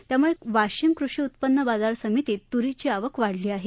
त्यामुळे वाशिम कृषी उत्पन्न बाजार समितीत तुरीची आवक वाढली आहे